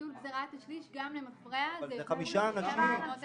ביטול גזירת השלישי גם למפרע זה --- זה חמישה אנשים.